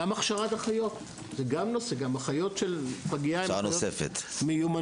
גם הכשרת אחיות של פגייה צריכות מיומנויות.